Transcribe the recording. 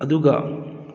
ꯑꯗꯨꯒ